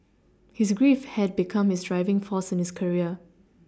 his grief had become his driving force in his career